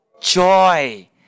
joy